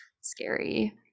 scary